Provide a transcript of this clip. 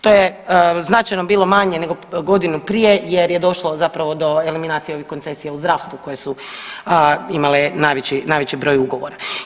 To je značajno bilo manje nego godinu prije jer je došlo zapravo do eliminacija ovih koncesija u zdravstvu koje su imale najveći broj ugovora.